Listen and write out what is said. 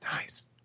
Nice